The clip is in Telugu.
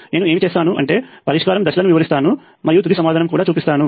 నేను ఏమి చేస్తాను అంటే పరిష్కారం దశలను వివరిస్తాను మరియు తుది సమాధానం కూడా చూపిస్తాను